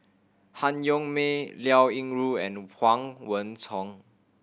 Han Yong May Liao Yingru and Huang